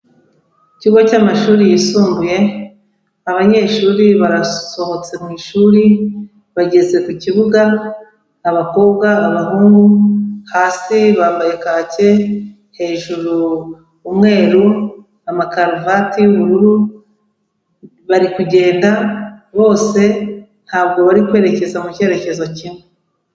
Ikigo cy'amashuri yisumbuye abanyeshuri barasohotse mu ishuri bageze ku kibuga, abakobwa, abahungu, hasi bambaye kake, hejuru umweru, amakaruvati y'ubururu, bari kugenda bose, ntabwo bari kwerekeza mu cyerekezo kimwe.